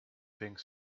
think